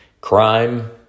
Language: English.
Crime